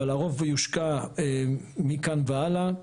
אבל הרוב יושקע מכאן והלאה,